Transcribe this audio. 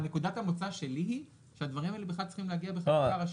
נקודת המוצא שלי היא שהדברים האלה בכלל צריכים להגיע בחקיקה ראשית.